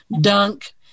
dunk